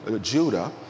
Judah